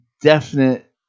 definite